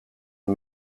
hun